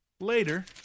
Later